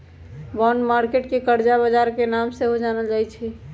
bond market के करजा बजार के नाम से सेहो जानल जाइ छइ